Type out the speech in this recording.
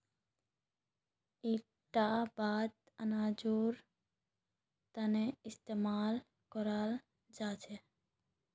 इटा बात अनाजेर तने इस्तेमाल कराल जा छे